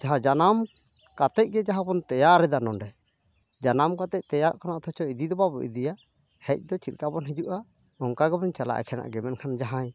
ᱡᱟᱦᱟᱸ ᱡᱟᱱᱟᱢ ᱠᱟᱛᱮᱜ ᱜᱮ ᱡᱟᱦᱟᱸ ᱵᱚᱱ ᱛᱮᱭᱟᱨᱫᱟ ᱱᱚᱸᱰᱮ ᱡᱟᱱᱟᱢ ᱠᱟᱛᱮᱜ ᱛᱮᱭᱟᱨᱚᱜ ᱠᱟᱱᱟ ᱚᱛᱷᱚᱪᱚ ᱤᱫᱤ ᱫᱚ ᱵᱟᱵᱚ ᱤᱫᱤᱭᱟ ᱦᱮᱡ ᱫᱚ ᱪᱮᱫ ᱞᱮᱠᱟᱵᱚᱱ ᱦᱤᱡᱩᱜᱼᱟ ᱚᱝᱠᱟᱜᱮᱵᱚᱱ ᱪᱟᱞᱟᱜᱼᱟ ᱮᱠᱷᱮᱱᱟᱜ ᱜᱮ ᱢᱮᱱᱠᱷᱟᱱ ᱡᱟᱦᱟᱸᱭ